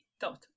dot